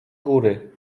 góry